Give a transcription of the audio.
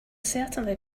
certainly